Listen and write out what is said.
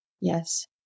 Yes